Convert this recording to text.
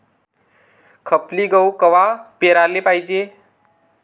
खपली गहू कवा पेराले पायजे?